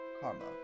Karma